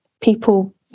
people